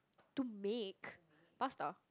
to make pasta